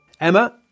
Emma